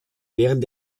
während